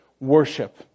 Worship